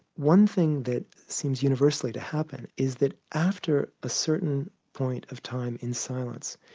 one thing that seems universally to happen is that after a certain point of time in silence,